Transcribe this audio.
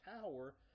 power